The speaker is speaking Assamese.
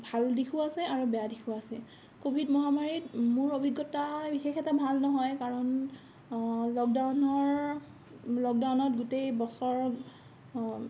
ভাল দিশো আছে আৰু বেয়া দিশো আছে কভিড মহামাৰীত মোৰ অভিজ্ঞতা বিশেষ এটা ভাল নহয় কাৰণ লকডাউনৰ লকডাউনত গোটেই বছৰ